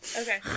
Okay